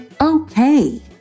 Okay